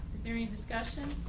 is there any discussion?